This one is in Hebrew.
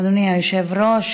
אדוני היושב-ראש,